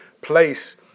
place